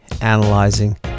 analyzing